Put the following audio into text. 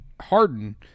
Harden